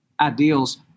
ideals